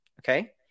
Okay